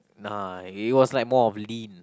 nah he was like more of lean